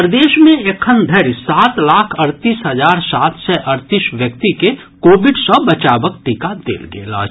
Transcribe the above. प्रदेश मे एखन धरि सात लाख अड़तीस हजार सात सय अड़तीस व्यक्ति के कोविड सँ बचावक टीका देल गेल अछि